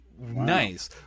nice